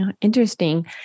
Interesting